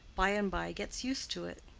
by-and-by gets used to it.